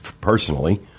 personally